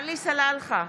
עלי סלאלחה,